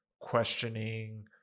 questioning